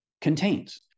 contains